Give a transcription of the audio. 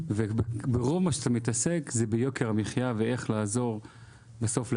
ורוב מה שאתה מתעסק זה ביוקר המחיה ואיך לעזור בסוף לאזרחים.